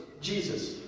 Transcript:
Jesus